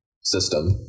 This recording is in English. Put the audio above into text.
system